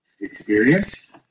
Experience